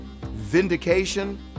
vindication